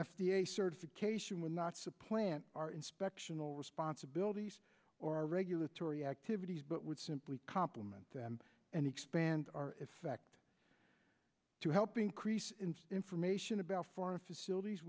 a certification would not supplant our inspection or responsibilities or our regulatory activities but would simply compliment them and expand our effect to help increase information about foreign facilities